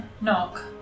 knock